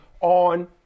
on